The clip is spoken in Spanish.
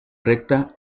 recta